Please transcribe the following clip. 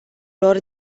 lor